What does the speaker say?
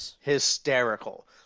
hysterical